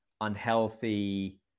unhealthy